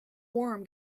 worm